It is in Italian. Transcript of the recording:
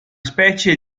specie